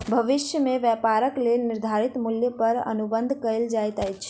भविष्य में व्यापारक लेल निर्धारित मूल्य पर अनुबंध कएल जाइत अछि